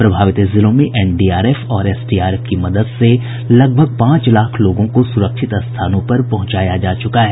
प्रभावित जिलों में एनडीआरएफ और एसडीआरएफ की मदद से लगभग पांच लाख लोगों को सुरक्षित स्थानों पर पहुंचाया जा चुका है